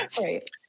Right